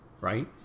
Right